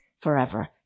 forever